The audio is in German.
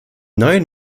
neuen